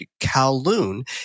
Kowloon